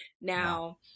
Now